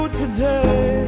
today